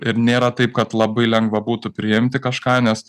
ir nėra taip kad labai lengva būtų priimti kažką nes